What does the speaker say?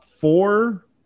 Four